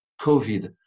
COVID